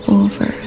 over